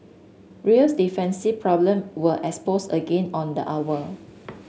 real's defensive problem were exposed again on the hour